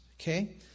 okay